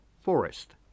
forest